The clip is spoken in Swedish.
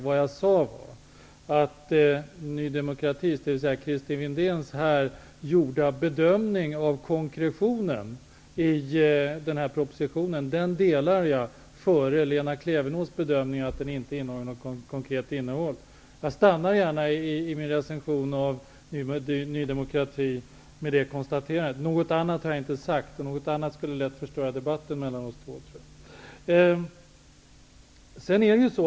Vad jag sade var att Ny demokratis, dvs. Christer Windéns, här gjorda bedömning av konkretionen i den här propositionen delar jag före Lena Klevenås bedömning att den inte har ett konkret innehåll. Jag stannar gärna i min recension av Ny demokrati med det konstaterandet. Något annat har jag inte sagt, och jag tror att något annat lätt skulle förstöra debatten mellan oss två.